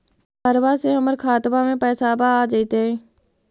बहरबा से हमर खातबा में पैसाबा आ जैतय?